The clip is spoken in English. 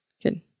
Good